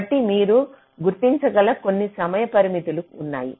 కాబట్టి మీరు గుర్తించగల కొన్ని సమయ పరిమితులు ఉన్నాయి